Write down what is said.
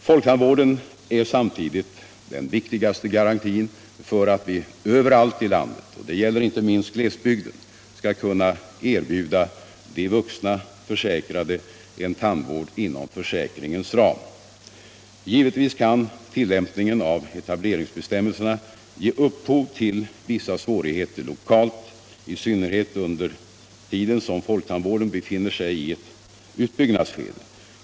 Folktandvården är samtidigt den viktigaste garantin för att vi överallt i landet — och det gäller inte minst glesbygden — skall kunna erbjuda de vuxna försäkrade en tandvård inom försäkringens ram. Givetvis kan tillämpningen av etableringsbestämmelserna ge upphov till vissa svårigheter lokalt, i synnerhet under den tid som folktandvården befinner sig i ett uppbyggnadsskede.